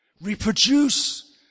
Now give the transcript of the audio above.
Reproduce